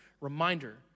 reminder